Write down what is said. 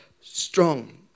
strong